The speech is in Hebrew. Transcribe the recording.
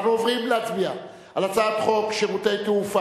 אנחנו עוברים להצביע על הצעת חוק שירותי תעופה